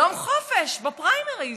יום חופש בפריימריז.